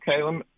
okay